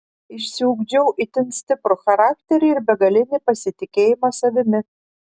išsiugdžiau itin stiprų charakterį ir begalinį pasitikėjimą savimi